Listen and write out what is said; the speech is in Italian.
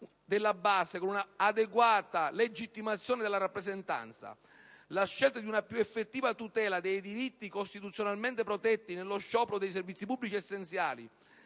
della base con un'adeguata legittimazione della rappresentanza; la scelta di una più effettiva tutela dei diritti costituzionalmente protetti nello sciopero dei servizi pubblici essenziali;